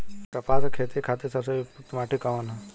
कपास क खेती के खातिर सबसे उपयुक्त माटी कवन ह?